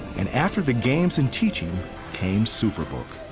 and after the games and teaching came superbook.